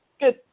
Good